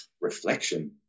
reflection